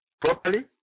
properly